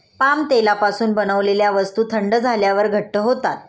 palm तेलापासून बनवलेल्या वस्तू थंड झाल्यावर घट्ट होतात